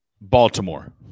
Baltimore